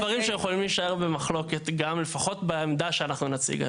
יש דברים שיכולים להישאר במחלוקת גם לפחות בעמדה שאנחנו נציג.